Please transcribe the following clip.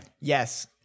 Yes